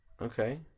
okay